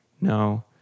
no